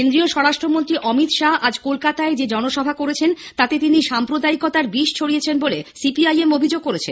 কেন্দ্রীয় স্বরাষ্ট্র মন্ত্রী অমিত শাহ্ আজ কলকাতায় যে জনসভা করেছেন তাতে তিনি সাম্প্রদায়িকতার বিষ ছড়িয়েছেন বলে সিপিআইএম অভিযোগ করেছে